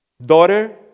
Daughter